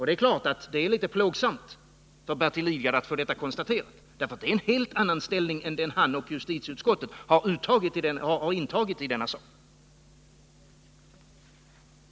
Det är klart att det är litet plågsamt för Bertil Lidgard att få detta konstaterat, därför att Domareförbundet intar en helt annan ställning än den han och justitieutskottet har intagit i denna sak.